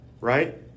right